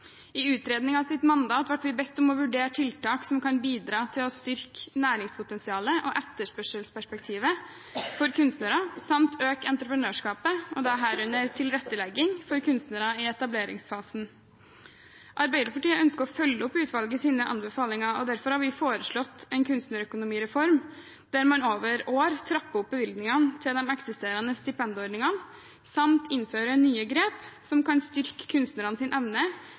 I utredningens mandat ble man bedt om å vurdere tiltak som kan bidra til å styrke næringspotensialet og etterspørselsperspektivet for kunstnere, samt øke entreprenørskapet, herunder tilrettelegging for kunstnere i etableringsfasen. Arbeiderpartiet ønsker å følge opp utvalgets anbefalinger, og derfor har vi foreslått en kunstnerøkonomireform der man over år trapper opp bevilgningene til de eksisterende stipendordningene samt innfører nye grep som kan styrke kunstnernes evne